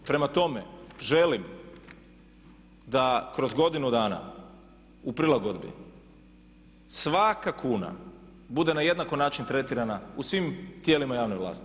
Prema tome želim da kroz godinu dana u prilagodbi svaka kuna bude na jednaki način tretirana u svim tijelima javne vlasti.